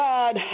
God